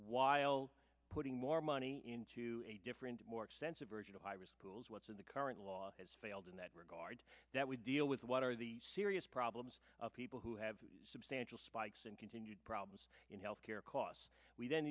while putting more money into a different more expensive version of high risk pools what's in the current law has failed in that regard that we deal with what are the serious problems of people who have substantial spikes and continued problems in health care costs we don't